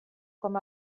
com